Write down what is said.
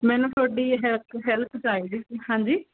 ਮੈਨੂੰ ਤੁਹਾਡੀ ਹੈਲਕ ਹੈਲਪ ਚਾਹੀਦੀ ਹਾਂਜੀ